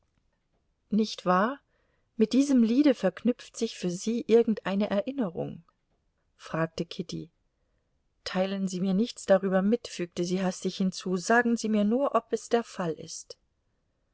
nicht wahr mit diesem liede verknüpft sich für sie irgendeine erinnerung fragte kitty teilen sie mir nichts darüber mit fügte sie hastig hinzu sagen sie mir nur ob es der fall ist